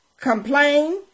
Complain